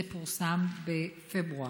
זה פורסם בפברואר.